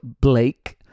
Blake